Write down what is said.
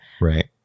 right